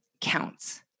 counts